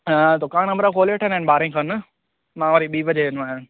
दुकान हिन महिल खोले वठंदा आहिनि ॿारे खन मां वरी ॿी बजे वेंदो आहियां